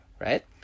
right